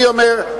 אני אומר,